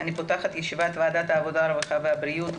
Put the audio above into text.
אני פותחת את ישיבת ועדת העבודה הרווחה והבריאות,